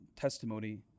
testimony